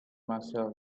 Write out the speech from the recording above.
myself